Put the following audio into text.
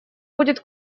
будет